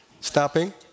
Stopping